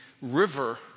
river